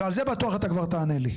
ועל זה בטוח אתה כבר תענה לי.